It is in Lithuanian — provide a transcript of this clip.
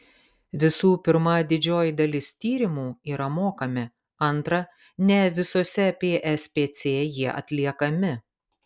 visų pirma didžioji dalis tyrimų yra mokami antra ne visose pspc jie atliekami